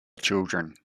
children